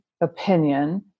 opinion